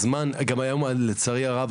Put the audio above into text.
גם היום לצערי הרב,